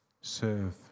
serve